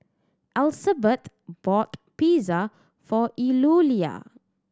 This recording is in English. bought Pizza for Eulalia